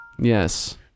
yes